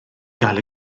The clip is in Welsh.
gael